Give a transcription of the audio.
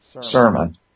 sermon